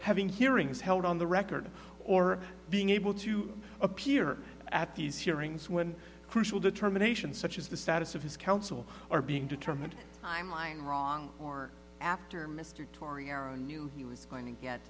having hearings held on the record or being able to appear at these hearings when crucial determinations such as the status of his counsel are being determined i'm lying wrong or after mr tory era knew he was going to get